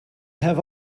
have